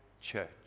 church